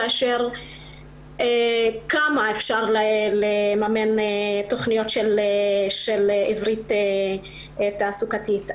כאשר כמה אפשר לממן תוכניות של עברית תעסוקתית?